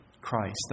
Christ